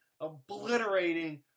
obliterating